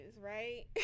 right